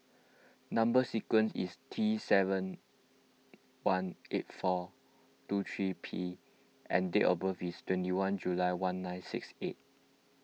Number Sequence is T seven one eight four two three P and date of birth is twenty one July one nine six eight